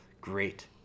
great